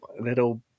little